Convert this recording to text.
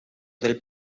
del